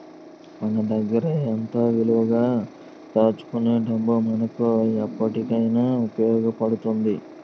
మన దగ్గరే ఎంతో విలువగా దాచుకునే డబ్బు మనకు ఎప్పటికైన ఉపయోగపడుతుంది